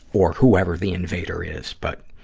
or whoever the invader is, but